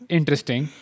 Interesting